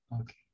Okay